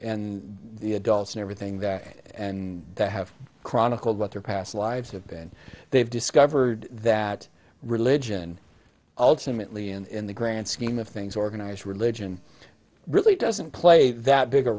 and the adults and everything that and they have chronicled what their past lives have been they've discovered that religion ultimately in the grand scheme of things organized religion really doesn't play that big